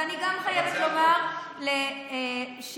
ואני גם חייבת לומר, אבל זה הדוח.